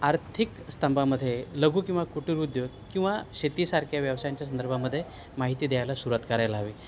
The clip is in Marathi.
आर्थिक स्तंभामध्ये लघु किंवा कुटीर उद्योग किंवा शेतीसारख्या व्यवसायांच्या संदर्भामध्ये माहिती द्यायला सुरवात करायला हवी